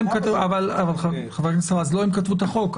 חבר הכנסת רז, לא הם כתבו את החוק.